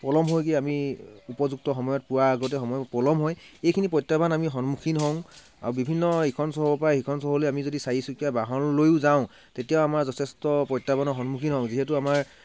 পলম হয়গৈ আমি উপযুক্ত সময়ত পোৱা আগতে সময় পলম হয় এইখিনি প্ৰত্যাহ্বান আমি সন্মুখীন হওঁ আৰু বিভিন্ন ইখন চহৰৰ পৰা সিখন চহৰলৈ আমি যদি চাৰি চকীয়া বাহন লৈও যাওঁ তেতিয়াও আমাৰ যথেষ্ট প্ৰত্যাহ্বানৰ সন্মুখীন হওঁ যিহেতু আমাৰ